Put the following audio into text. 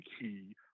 key